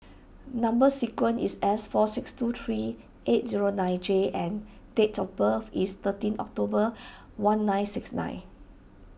Number Sequence is S four six two three eight zero nine J and date of birth is thirteen October one nine six nine